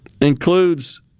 includes